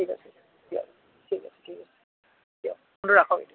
ঠিক আছে দিয়ক ঠিক আছে ঠিক আছে দিয়ক ফোনটো ৰাখক এতিয়া